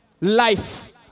Life